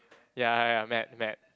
ya ya ya mad mad